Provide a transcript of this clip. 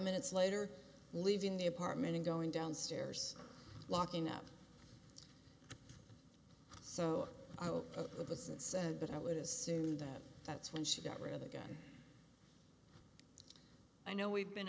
minutes later leaving the apartment and going downstairs locking up so the person said but i would assume that that's when she got rid of the gun i know we've been